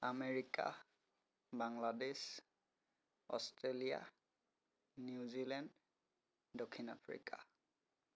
America Bangladesh Australia New Zealand দক্ষিণ Africa